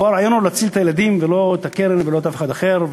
כאן הרעיון הוא להציל את הילדים ולא את הקרן ולא אף אחד אחר.